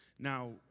Now